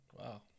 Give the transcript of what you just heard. Wow